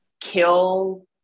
kill